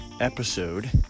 episode